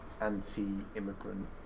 anti-immigrant